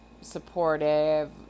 supportive